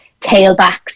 tailbacks